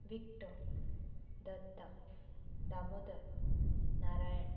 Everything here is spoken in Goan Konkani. विक्टर दत्ता दामोदर नारायण